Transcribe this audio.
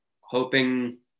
hoping